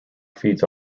feeds